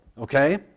Okay